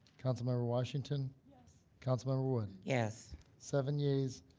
councilmember washington. yes. councilmember wood. yes. seven yays,